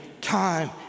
time